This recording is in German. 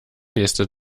nächste